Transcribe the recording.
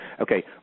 Okay